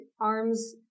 arms